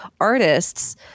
artists